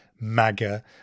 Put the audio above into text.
maga